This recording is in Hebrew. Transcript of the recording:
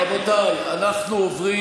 רבותיי, אנחנו עוברים